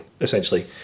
essentially